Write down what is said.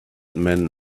men